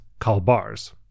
Kalbars